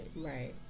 Right